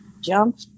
jump